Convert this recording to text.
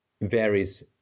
varies